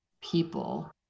people